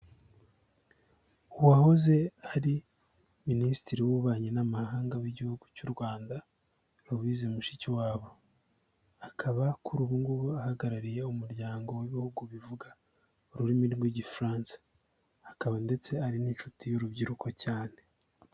Uwahoze ari minisitiri w'ububanyi n'amahanga w'Igihugu cy'u Rwanda Louise Mushikiwabo akaba kuri ubu ngubu ahagarariye umuryango w'ibihugu bivuga ururimi rw'Igifaransa, akaba ndetse ari n'inshuti y'urubyiruko cyane.